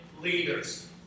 leaders